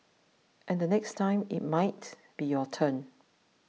and the next time it might be your turn